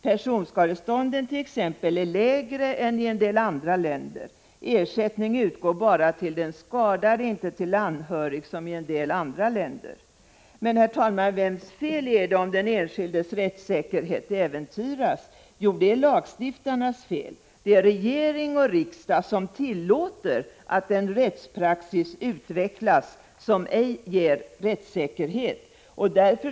Personskadestånden t.ex. är lägre än i en del andra länder. Ersättning utgår bara till den skadade, inte till anhörig som i en del andra länder. Men, herr talman, vems fel är det om den enskildes rättssäkerhet äventyras? Jo, det är lagstiftarnas fel. Det är regering och riksdag som tillåter att en rättspraxis som ej ger rättssäkerhet utvecklas.